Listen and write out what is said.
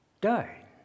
died